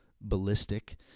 ballistic